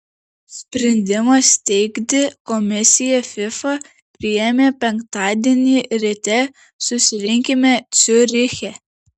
sprendimą steigti komisiją fifa priėmė penktadienį ryte susirinkime ciuriche